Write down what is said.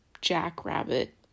jackrabbit